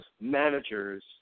managers